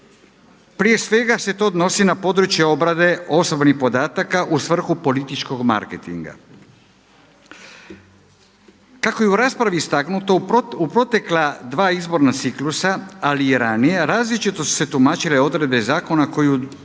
Prije svega se to odnosi na područje obrade osobnih podataka u svrhu političkog marketinga. Kako je u raspravi istaknuto u protekla dva izborna ciklusa, ali i ranije različito su se tumačile odredbe zakona koji uređuju